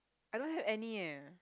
I don't have any eh